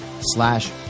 slash